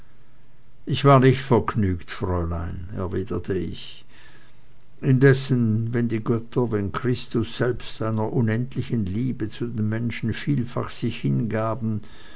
ich war nicht vergnügt fräulein erwiderte ich indessen wenn die götter wenn christus selbst einer unendlichen liebe zu den menschen vielfach sich hingaben